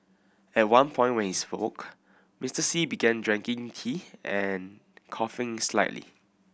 at one point when he spoke Mr Xi began drinking tea and coughing slightly